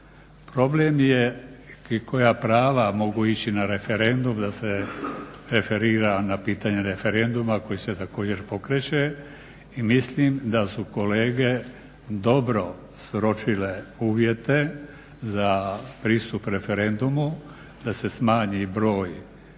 Problem je i koja prava mogu ići na referendum da se referira na pitanje referenduma koji se također pokreće. I mislim da su kolege dobro sročile uvjete za pristup referendumu, da se smanji broj